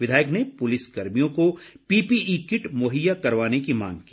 विधायक ने पुलिस कर्मियों को पीपीई किट मुहैया करवाने की मांग की